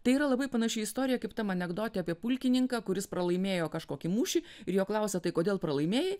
tai yra labai panaši istorija kaip tam anekdote apie pulkininką kuris pralaimėjo kažkokį mūšį ir jo klausia tai kodėl pralaimėjai